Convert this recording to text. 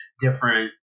different